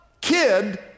kid